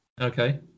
okay